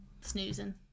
Snoozing